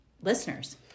listeners